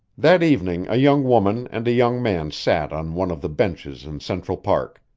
that evening a young woman and a young man sat on one of the benches in central park.